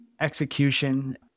execution